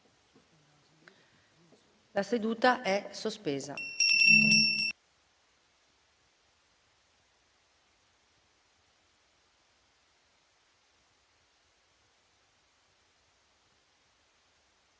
La seduta è sospesa.